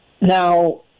now